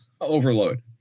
overload